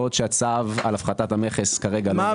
בעוד שהצו על הפחתת המכס כרגע לא נחתם.